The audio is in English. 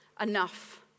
enough